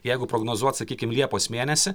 jeigu prognozuot sakykim liepos mėnesį